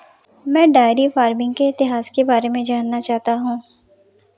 मैं dairy farming के इतिहास के बारे में जानना चाहता हूं